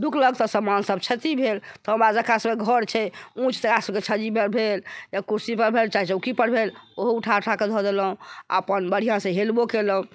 ढुकलक तऽ समान सभ क्षति भेल तऽ हमरा जेकरा सभके घर छै ऊँच तेकरा सभके छज्जी पर भेल या कुर्सी पर भेल चाहे चौकी पर भेल ओहो उठा उठाके धऽ देलहुॅं अपन बढ़िऑंसँ हेलबो कएलहुॅं